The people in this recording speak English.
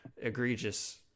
egregious